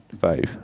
five